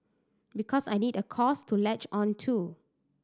because I need a cause to latch on to